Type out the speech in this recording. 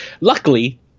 luckily